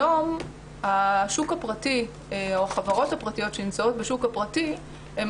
היום החברות הפרטיות שנמצאות בשוק הפרטי הן